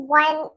one